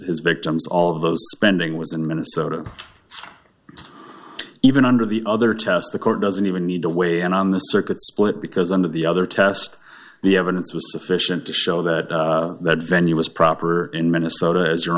his victims all of those spending was in minnesota even under the other test the court doesn't even need to weigh in on the circuit split because under the other test the evidence was sufficient to show that that venue was proper in minnesota as your